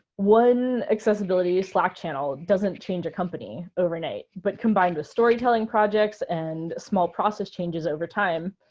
one accessibility slack channel doesn't change a company overnight. but combined with storytelling projects and small process changes over time,